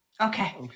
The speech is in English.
Okay